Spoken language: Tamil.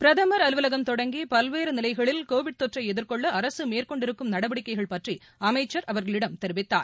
பிரதமா் அலுவலகம் தொடங்கி பல்வேறு நிலைகளில் கோவிட் தொற்றை எதிர்கொள்ள அரசு மேற்கொண்டிருக்கும் நடவடிக்கைகள் பற்றி அமைச்சர் அவர்களிடம் தெரிவித்தார்